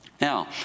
Now